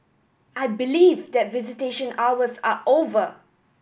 I believe that visitation hours are over